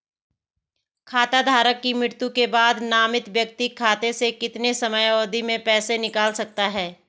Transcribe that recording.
खाता धारक की मृत्यु के बाद नामित व्यक्ति खाते से कितने समयावधि में पैसे निकाल सकता है?